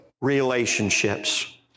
relationships